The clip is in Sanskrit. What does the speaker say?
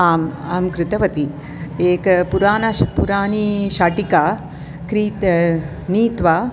आम् अहं कृतवती एका पुरातन श् पुराने शाटिकां क्रीत्वा नीत्वा